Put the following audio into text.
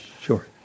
Sure